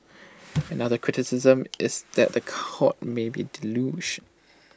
another criticism is that the courts might be deluged